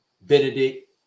Benedict